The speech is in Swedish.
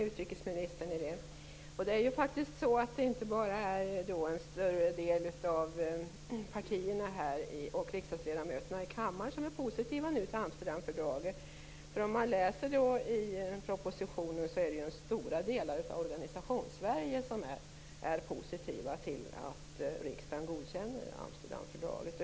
Fru talman! Jag är helt ense med utrikesministern om det. Det är faktiskt inte bara en större del av partierna och ledamöterna i kammaren som är positiva till I propositionen kan man läsa att stora delar av organisationsvärlden är positiva till att riksdagen godkänner Amsterdamfördraget.